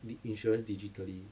in~ insurance digitally